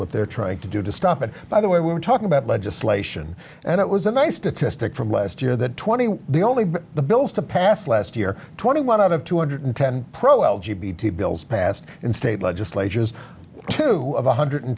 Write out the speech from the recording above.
what they're trying to do to stop it by the way we're talking about legislation and it was a nice statistic from last year that twenty the only the bills to passed last year twenty one out of two hundred ten pro l g b t bills passed in state legislatures to one hundred